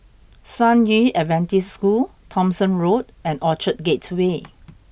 San Yu Adventist School Thomson Road and Orchard Gateway